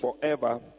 forever